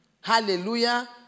Hallelujah